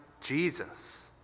Jesus